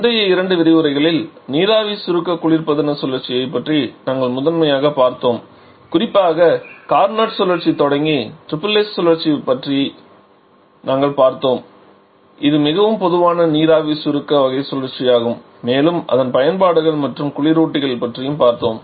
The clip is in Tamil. முந்தைய இரண்டு விரிவுரைகளில் நீராவி சுருக்க குளிர்பதன சுழற்சியைப் பற்றி நாங்கள் முதன்மையாக பார்த்தோம் குறிப்பாக கார்னட் சுழற்சியில் தொடங்கி SSS சுழற்சியைப் பற்றி நாங்கள் பார்த்தோம் இது மிகவும் பொதுவான நீராவி சுருக்க வகை சுழற்சியாகும் மேலும் அதன் பயன்பாடுகள் மற்றும் குளிரூட்டிகள் பற்றியும் பார்த்தோம்